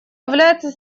является